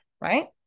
right